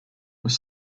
was